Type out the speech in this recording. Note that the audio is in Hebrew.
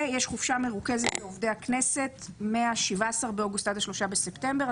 ויש חופשה מרוכזת לעובדי הכנסת מה-17 באוגוסט עד ה-3 בספטמבר.